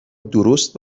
درست